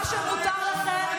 מה שמותר לכם,